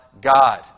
God